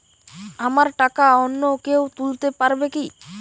আমার টাকা অন্য কেউ তুলতে পারবে কি?